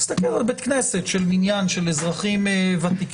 תסתכלי על בית כנסת של מניין של אזרחים ותיקים: